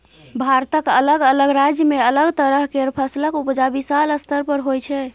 भारतक अलग अलग राज्य में अलग तरह केर फसलक उपजा विशाल स्तर पर होइ छै